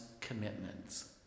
commitments